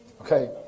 Okay